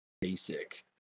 basic